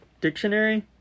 Dictionary